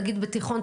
נגיד בתיכון,